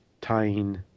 tying